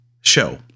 show